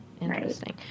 Interesting